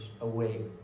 away